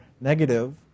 negative